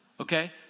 Okay